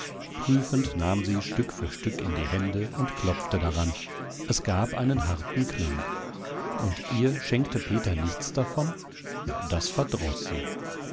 prüfend nahm sie stück für stück in die hände und klopfte daran es gab einen harten klang und ihr schenkte peter nichts davon das verdroß sie